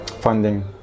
funding